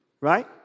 Right